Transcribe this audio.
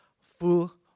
full